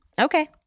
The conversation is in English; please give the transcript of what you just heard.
Okay